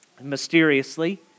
Mysteriously